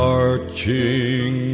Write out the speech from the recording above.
Marching